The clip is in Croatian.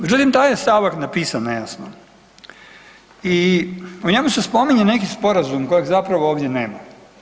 Međutim, taj je stavak napisan nejasno i u njemu se spominje neki sporazum kojeg zapravo ovdje nema.